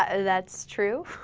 ah that's true